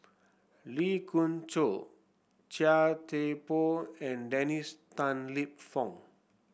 Lee Khoon Choy Chia Thye Poh and Dennis Tan Lip Fong